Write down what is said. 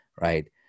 right